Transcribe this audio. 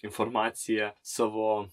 informaciją savo